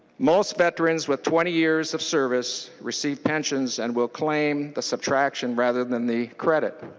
most veterans with twenty years of service received pensions and will claim the subtraction rather than the credit.